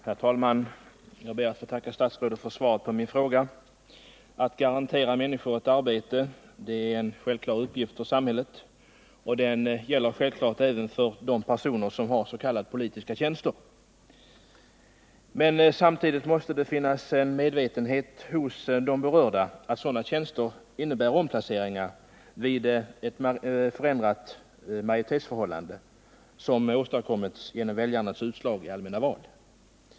Herr talman! Jag ber att få tacka statsrådet för svaret på min fråga. Att garantera människor arbete är en självklar uppgift för samhället, och den gäller givetvis även för de personer som har s.k. politiska tjänster. Men samtidigt måste det finnas en medvetenhet hos de berörda om att sådana tjänster innebär omplaceringar vid ett förändrat majoritetsförhållande som åstadkommits genom väljarnas utslag i allmänna val.